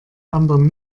anderen